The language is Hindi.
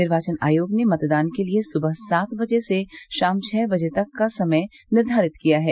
निर्वाचन आयोग ने मतदान के लिये सुबह सात बजे से शाम छह बजे तक का समय निर्धारित किया है